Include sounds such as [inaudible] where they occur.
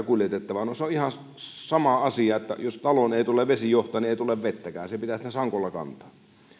[unintelligible] kuljetettavaa no se on ihan sama asia että jos taloon ei tule vesijohtoa niin ei tule vettäkään se pitää sitten sangolla kantaa